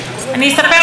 המושב הזה,